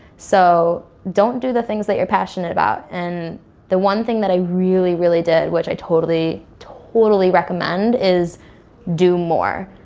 so don't do the things that you're passion about and the one thing that i really really did, which i totally totally recommend is do more.